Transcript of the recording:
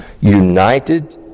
united